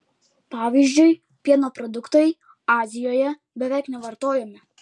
pavyzdžiui pieno produktai azijoje beveik nevartojami